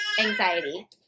anxiety